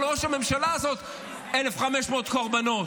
על ראש הממשלה הזאת 1,500 קורבנות,